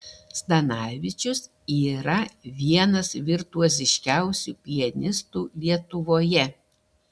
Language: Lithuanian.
zdanavičius yra vienas virtuoziškiausių pianistų lietuvoje